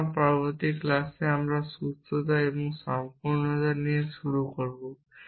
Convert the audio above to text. সুতরাং পরবর্তী ক্লাসে আমরা সুস্থতা এবং সম্পূর্ণতা দিয়ে শুরু করব